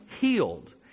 healed